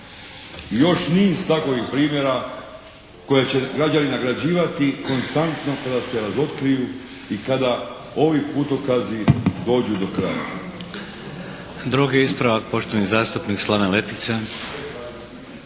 još niz takovih primjera koje će građani nagrađivati konstantno kada se razotkriju i kada ovi putokazi dođu do kraja.